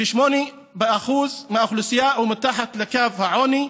58% מהאוכלוסייה הם מתחת לקו העוני,